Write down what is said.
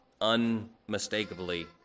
unmistakably